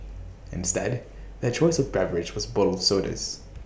instead their choice of beverage was bottled sodas